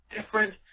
different